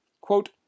quote